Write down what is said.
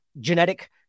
genetic